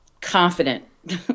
confident